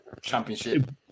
championship